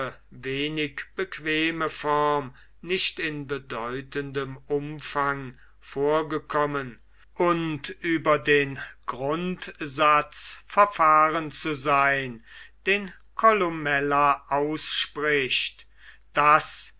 wenig bequeme form nicht in bedeutendem umfang vorgekommen und über den grundsatz verfahren zu sein den koller ausspricht daß